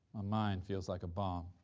ah mind feels like a bomb.